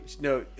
no